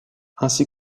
ainsi